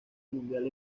mundial